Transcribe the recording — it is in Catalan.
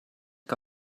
que